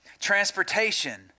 Transportation